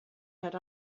had